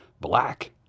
black